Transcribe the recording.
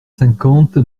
cinquante